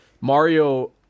Mario